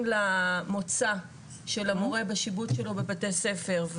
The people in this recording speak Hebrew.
למוצא של המורה בשיבוץ שלו בבתי ספר,